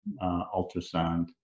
ultrasound